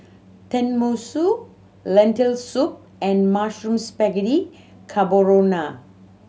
Tenmusu Lentil Soup and Mushroom Spaghetti Carbonara